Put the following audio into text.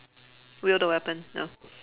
wield the weapon no